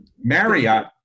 Marriott